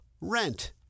Rent